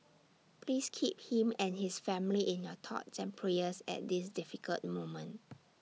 please keep him and his family in your thoughts and prayers at this difficult moment